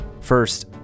First